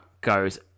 goes